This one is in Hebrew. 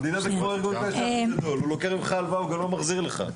המדינה לוקחת ממך הלוואה ולא מחזירה לך.